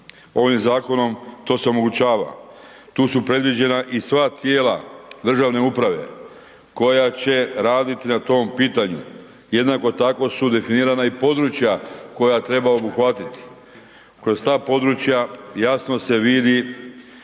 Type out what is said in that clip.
Ovim zakonom to se omogućava, tu su predviđena i sva tijela državne uprave koja će raditi na tom pitanju, jednako tako su definirana i područja koja treba obuhvatiti, kroz ta područja jasno se vidi